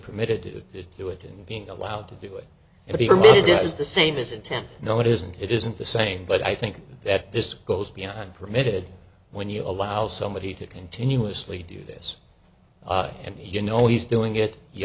permitted to do it and being allowed to do it if he wanted this is the same as intent no it isn't it isn't the same but i think that this goes beyond permitted when you allow somebody to continuously do this and you know he's doing it you